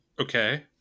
okay